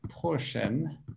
prochaine